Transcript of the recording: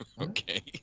Okay